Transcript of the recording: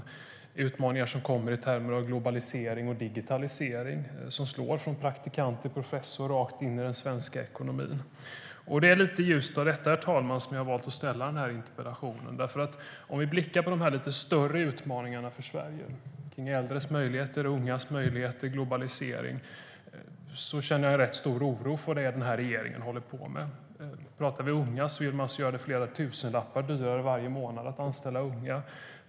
Vi har utmaningar som kommer i termer av globalisering och digitalisering, som slår från praktikant till professor rakt in i den svenska ekonomin. Det är lite i ljuset av detta, herr talman, som jag har valt att ställa den här interpellationen. Om vi tittar på de lite större utmaningarna för Sverige - äldres möjligheter, ungas möjligheter, globaliseringen - känner jag rätt stor oro för vad den här regeringen håller på med. Pratar vi om unga vill man göra det flera tusenlappar dyrare varje månad att anställa unga.